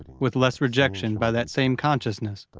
with less rejection by that same consciousness.